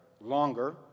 longer